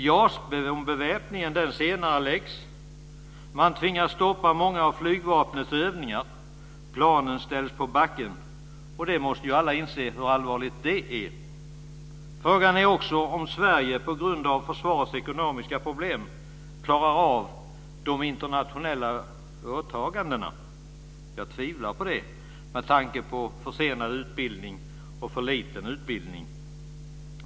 JAS-ombeväpningen senareläggs. Man tvingas stoppa många av flygvapnets övningar. Planen ställs på backen. Hur allvarligt det är måste alla inse. Frågan är också om Sverige på grund av försvarets ekonomiska problem klarar av de internationella åtagandena. Jag tvivlar på det, med tanke på försenad och för liten utbildning.